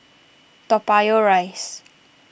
Toa Payoh Rise